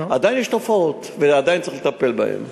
עדיין יש תופעות ועדיין צריך לטפל בהן.